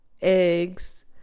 eggs